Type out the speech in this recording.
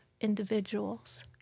individuals